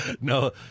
No